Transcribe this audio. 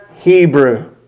Hebrew